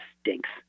stinks